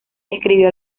escribió